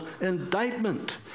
indictment